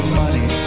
money